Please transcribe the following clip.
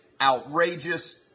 outrageous